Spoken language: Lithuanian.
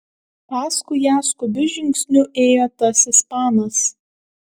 paskui ją skubiu žingsniu ėjo tas ispanas